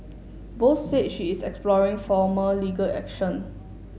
Bose said she is exploring formal legal action